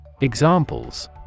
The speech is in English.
Examples